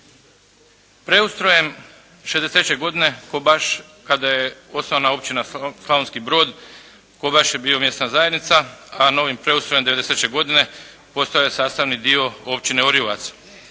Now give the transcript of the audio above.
Preustrojem '63. godine Kobaš kada je osnovana Općina Slavonski Brod Kobaš je bio mjesna zajednica, a novim preustrojem '93. godine postaje sastavni dio Općine Orijovac.